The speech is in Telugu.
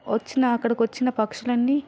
వచ్చినా అక్కడకు వచ్చిన పక్షులన్నీ